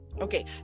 Okay